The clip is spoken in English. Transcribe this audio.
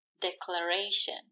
declaration